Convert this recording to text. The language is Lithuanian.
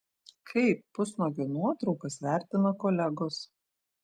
kaip pusnuogio nuotraukas vertina kolegos